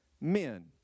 men